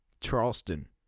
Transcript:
Charleston